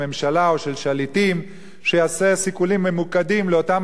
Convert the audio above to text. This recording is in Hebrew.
שיעשה סיכולים ממוקדים לאותם אנשים שעושים את מעשי העוול,